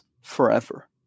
forever